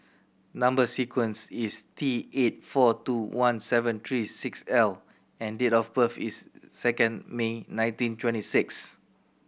number sequence is T eight four two one seven three six L and date of birth is second May nineteen twenty six